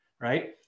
right